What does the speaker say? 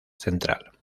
central